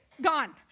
gone